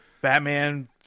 Batman